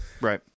Right